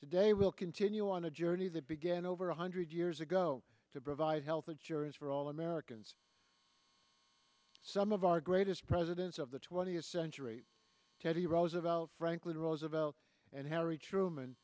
today we'll continue on a journey that began over one hundred years ago to provide health insurance for all americans some of our greatest presidents of the twentieth century teddy roosevelt franklin roosevelt and harry truman